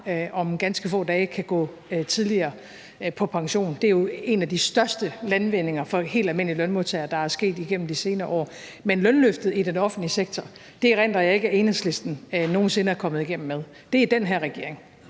om ganske få dage kan gå tidligere på pension. Det er jo en af de største landvindinger for helt almindelige lønmodtagere, der er sket igennem de senere år. Men lønløftet i den offentlige sektor erindrer jeg ikke at Enhedslisten nogen sinde er kommet igennem med. Det er den her regering.